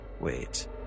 Wait